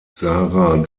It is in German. sarah